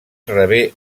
rebé